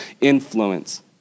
influence